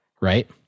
right